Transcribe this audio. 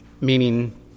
meaning